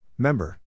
Member